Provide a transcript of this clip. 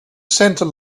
center